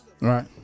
Right